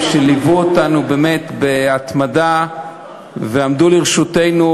שליוו אותנו באמת בהתמדה ועמדו לרשותנו,